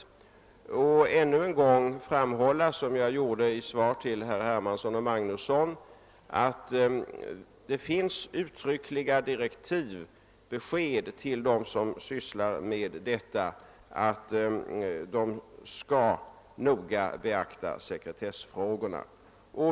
Jag vill ännu en gång framhålla vad jag sagt i svaret till herr Hermansson och herr Magnusson i Borås, att det i direktiven till dem som sysslar med denna fråga finns uttryckliga besked om att de skall beakta sekretessfrågorna.